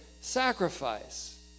sacrifice